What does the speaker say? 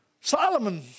Solomon